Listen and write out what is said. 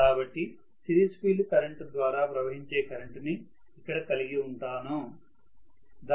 కాబట్టి series field current ద్వారా ప్రవహించే కరెంటు ని ఇక్కడ కలిగి ఉంటాము